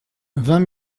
vingt